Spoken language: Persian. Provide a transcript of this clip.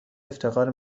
افتخار